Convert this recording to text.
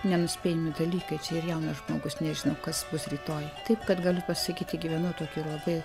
nenuspėjami dalykai čia ir jaunas žmogus nežino kas bus rytoj taip kad galiu pasakyti gyvenu tokį labai